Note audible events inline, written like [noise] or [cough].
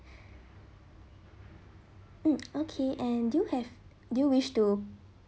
[breath] mm okay and do you have do you wish to